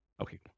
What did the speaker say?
Okay